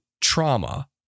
trauma